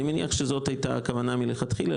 אני מניח שזאת הייתה הכוונה מלכתחילה,